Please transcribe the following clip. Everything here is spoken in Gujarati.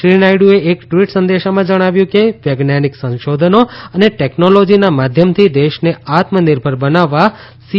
શ્રી નાયડુએ એક ટ્વીટ સંદેશામાં જણાવ્યું કે વૈજ્ઞાનિક સંશોધનો અને ટેકનોલોજીના માધ્યમથી દેશને આત્મનિર્ભર બનાવવા સી